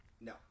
No